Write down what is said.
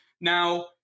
Now